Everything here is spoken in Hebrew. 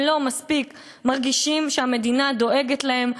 הם לא מספיק מרגישים שהמדינה דואגת להם,